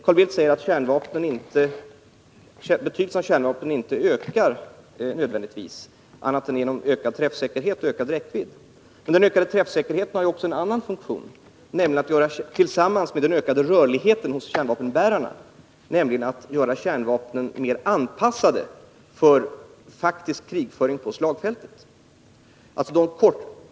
Carl Bildt säger att betydelsen av kärnvapen inte nödvändigtvis ökar annat än genom ökad träffsäkerhet och ökad räckvidd. Men den ökade träffsäkerheten har ju också en annan funktion, nämligen att tillsammans med den ökade rörligheten hos kärnvapenbärarna göra kärnvapnen mer anpassade för faktisk krigföring på slagfältet.